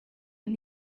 and